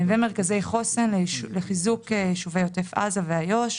ומרכזי חוסן לחיזוק יישובי עוטף עזה ואיו"ש,